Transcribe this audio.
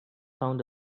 found